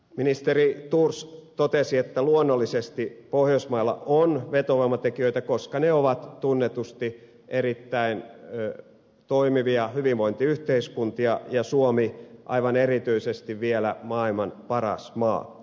ministeri thors totesi että luonnollisesti pohjoismailla on vetovoimatekijöitä koska ne ovat tunnetusti erittäin toimivia hyvinvointiyhteiskuntia ja suomi vielä aivan erityisesti maailman paras maa